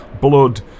blood